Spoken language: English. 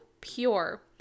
pure